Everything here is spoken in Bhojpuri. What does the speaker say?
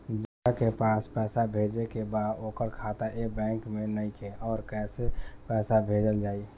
जेकरा के पैसा भेजे के बा ओकर खाता ए बैंक मे नईखे और कैसे पैसा भेजल जायी?